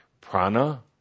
Prana